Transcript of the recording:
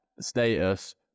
status